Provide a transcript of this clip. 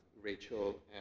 Rachel